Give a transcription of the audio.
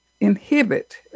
inhibit